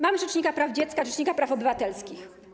Mamy rzecznika praw dziecka, rzecznika praw obywatelskich.